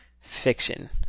fiction